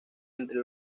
entre